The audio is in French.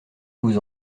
vous